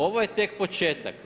Ovo je tek početak.